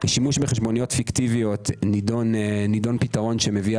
שימוש בחשבוניות פיקטיביות נדון פתרון שמביאה